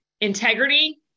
Integrity